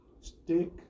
stick